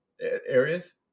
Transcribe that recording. areas